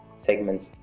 segments